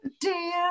dear